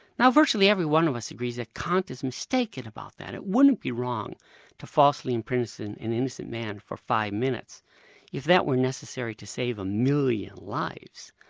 now virtually every one of us agrees that kant is mistaken about that. it wouldn't be wrong to falsely imprison an innocent man for five minutes if that were necessary to save a million lives.